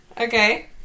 Okay